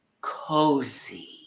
cozy